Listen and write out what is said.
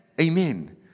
Amen